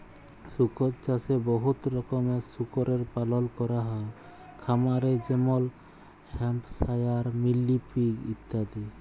শুকর চাষে বহুত রকমের শুকরের পালল ক্যরা হ্যয় খামারে যেমল হ্যাম্পশায়ার, মিলি পিগ ইত্যাদি